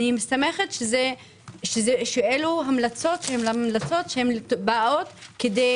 אני מסתמכת שאלו המלצות שהן המלצות שהן באות כדי